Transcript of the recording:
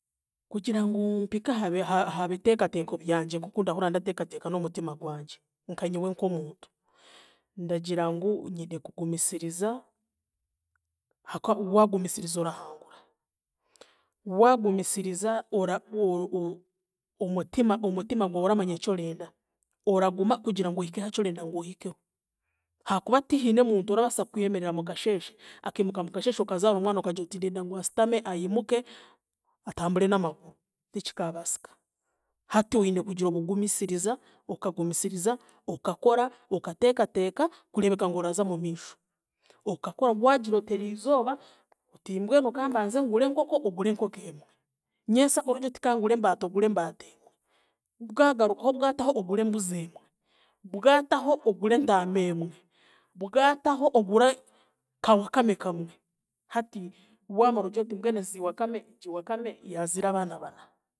Kugira ngu mpike aha bi- biteekateeko byangye nk'oku ndahurira ndteekateeka n'omutima gwangye, nkanyowe nk'omuntu, ndagira ngu nyine kugumisiriza haka waagumisiriza orahangura, waagumisiriza ora- omutima omutima gwawe oramanya ekyorenda, oraguma kugira ngu ohike ahakyorenda ngu ohikeho haakuba tihiine omuntu oraasa kwemerera mukukasheeshe, akiimuka mukasheeshe okazaara omwana okagira oti ndeenda ngu asitame, aimuke, atambure n'amaguru, tikikaabaasika, hati oine kugira obugumisiriza, okagumisiriza okakora, okateekateeka kureebeka ngu oraza omumiisho. Okakora waagira oti eriizooba oti mbwenu kambaanze ngure enkoko ogure enkoko emwe, nyensakare oti kangure embaata ogure embaata emwe, bwagarakukaho bwataho ogure embuzi emwe, bwataho ogure entaama emwe, bwataho ogure kaawakame kamwe, hati waamara ogire oti mbwenu ezi wakame, egi wakame yaaziire abaana bana